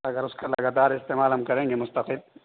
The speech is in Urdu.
اگر اس کا لگاتار استعمال ہم کریں گے مستقل